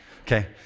okay